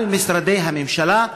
על משרדי הממשלה,